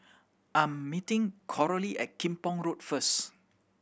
I'm meeting Coralie at Kim Pong Road first